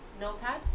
Notepad